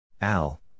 Al